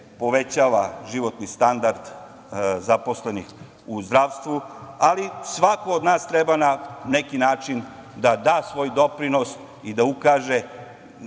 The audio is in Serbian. povećava životni standard zaposlenih u zdravstvu, ali svako od nas treba na neki način da da svoj doprinos i da ukaže